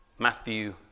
Matthew